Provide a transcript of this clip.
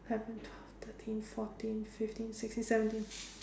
eleven twelve thirteen fourteen fifteen sixteen seventeen